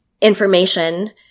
information